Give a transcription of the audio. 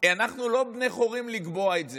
אנחנו לא בני חורין לקבוע את זה.